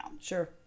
Sure